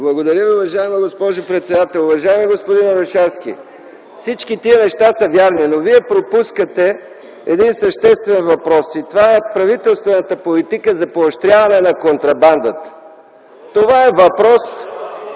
Благодаря Ви, уважаема госпожо председател. Уважаеми господин Орешарски, всички тия неща са верни, но Вие пропускате един съществен въпрос и това е правителствената политика за поощряване на контрабандата. Това е въпрос,